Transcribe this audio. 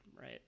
right